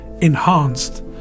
enhanced